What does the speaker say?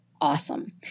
awesome